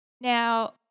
Now